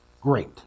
Great